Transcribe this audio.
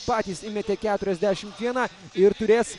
patys įmetė keturiasdešim vieną ir turės